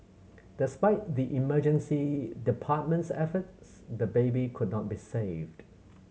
despite the emergency department's efforts the baby could not be saved